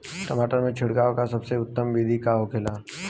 टमाटर में छिड़काव का सबसे उत्तम बिदी का होखेला?